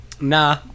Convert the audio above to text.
Nah